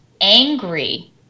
angry